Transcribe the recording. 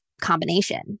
combination